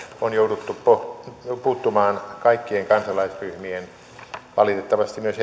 on jouduttu puuttumaan kaikkien kansalaisryhmien valitettavasti myös